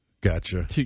Gotcha